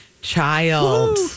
child